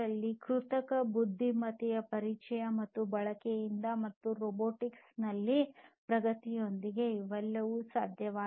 ಆದ್ದರಿಂದ ಕೃತಕ ಬುದ್ಧಿಮತ್ತೆಯ ಪರಿಚಯ ಮತ್ತು ಬಳಕೆಯಿಂದ ಮತ್ತು ರೊಬೊಟಿಕ್ಸ್ ನಲ್ಲಿ ಪ್ರಗತಿಯೊಂದಿಗೆ ಇವೆಲ್ಲವೂ ಸಾಧ್ಯ